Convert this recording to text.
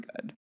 good